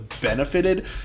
benefited